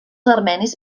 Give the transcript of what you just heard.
armenis